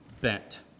bent